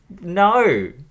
No